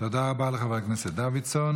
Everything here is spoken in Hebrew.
תודה רבה לחבר הכנסת דוידסון.